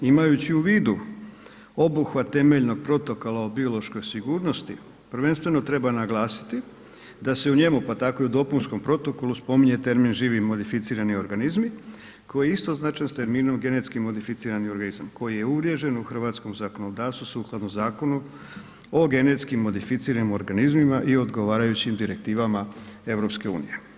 Imajući u vidu obuhva temeljnog protokola o biološkoj sigurnosti prvenstveno treba naglasiti da se u njemu, pa tako i u dopunskom protokolu spominje termin živi modificirani organizmi koji je istoznačan s terminom genetski modificirani organizam koji je uvriježen u hrvatskom zakonodavstvu sukladno Zakonu o genetski modificiranim organizmima i odgovarajućim direktivama EU.